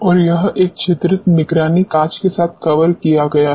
और यह एक छिद्रित निगरानी कांच के साथ कवर किया गया है